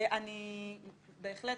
אני בהחלט